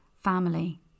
family